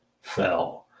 fell